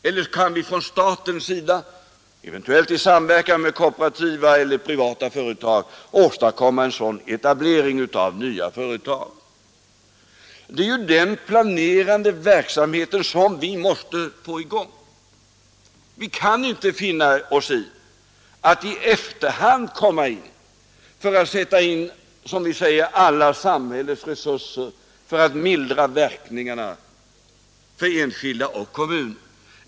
Eller kan staten eventuellt i samverkan med kooperativa eller privata företag åstadkomma en sådan etablering av nya företag? Det är ju den planerande verksamheten som måste komma i gång. Vi kan inte finna oss i att i efterhand sätta in, som vi säger, alla samhällets resurser för att mildra verkningarna för enskilda och kommuner.